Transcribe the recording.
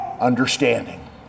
understanding